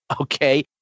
Okay